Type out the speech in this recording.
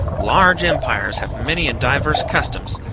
large empires have many and diverse customs.